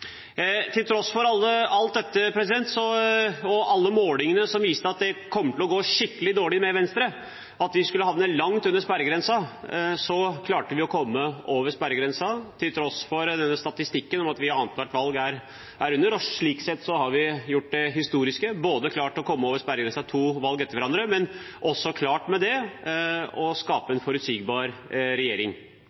Til tross for alt dette og alle målingene som viste at det kom til å gå skikkelig dårlig med Venstre, at vi skulle havne langt under sperregrensen, klarte vi å komme over sperregrensen. Til tross for statistikken om at vi ved annethvert valg er under, har vi gjort det historiske å komme over sperregrensen to valg etter hverandre, og vi har klart å skape en forutsigbar regjering.